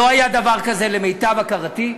לא היה דבר כזה, למיטב הכרתי,